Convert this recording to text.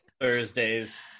Thursdays